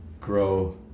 grow